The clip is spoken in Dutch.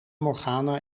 morgana